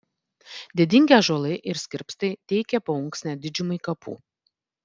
didingi ąžuolai ir skirpstai teikė paunksnę didžiumai kapų